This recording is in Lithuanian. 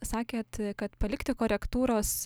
sakėt kad palikti korektūros